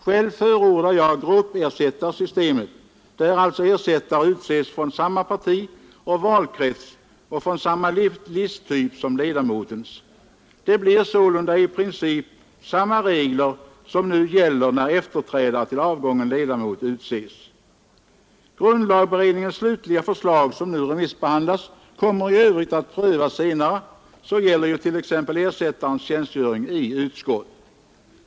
Själv förordar jag gruppersättarsystemet, där alltså ersättare utses från samma parti och valkrets och från samma listtyp som ledamotens. I princip skulle man alltså tillämpa samma regler som nu tillämpas när efterträdare till avgången ledamot utses. Grundlagberedningens slutliga förslag, som nu remissbehandlas, kommer i övrigt att prövas senare. Detta gäller t.ex. ersättarens tjänstgöring i utskott.